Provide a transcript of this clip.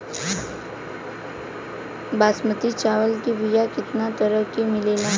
बासमती चावल के बीया केतना तरह के मिलेला?